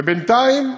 ובינתיים,